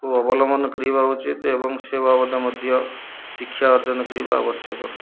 କୁ ଅବଲମ୍ବନ କରିବା ଉଚିତ୍ ଏବଂ ସେ ବାବଦ ମଧ୍ୟ ଶିକ୍ଷା ଅର୍ଜନ କରିବା ଆବଶ୍ୟକ